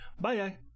bye